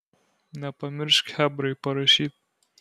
nepamiršk chebrai parašyt